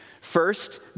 First